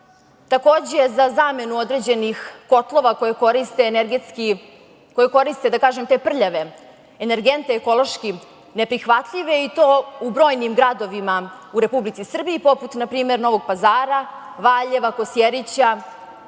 takođe za zamenu određenih kotlova koje koriste energetski, da kažem, te prljave energente, ekološki neprihvatljive i to u brojnim gradovima u Republici Srbiji, poput na primer Novog Pazara, Valjeva, Kosjerića